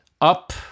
Up